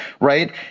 right